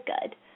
good